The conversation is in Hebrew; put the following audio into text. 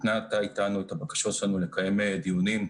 את הבקשות שלנו לקיים דיונים,